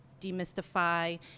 demystify